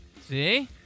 See